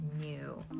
new